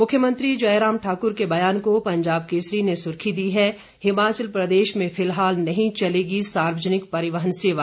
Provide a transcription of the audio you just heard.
मुख्यमंत्री जयराम ठाकुर के बयान को पंजाब केसरी ने सुर्खी दी है हिमाचल प्रदेश में फिलहाल नहीं चलेगी सार्वजनिक परिवहन सेवा